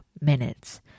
minutes